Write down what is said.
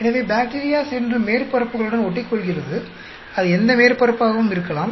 எனவே பாக்டீரியா சென்று மேற்பரப்புகளுடன் ஒட்டிகொள்கிறது அது எந்த மேற்பரப்பாகவும் இருக்கலாம்